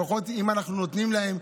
לפחות אם אנחנו נותנים להם,